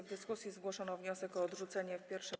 W dyskusji zgłoszono wniosek o odrzucenie w pierwszym.